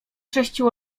sześciu